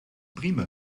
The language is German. prima